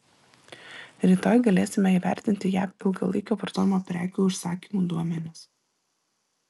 rytoj galėsime įvertinti jav ilgalaikio vartojimo prekių užsakymų duomenis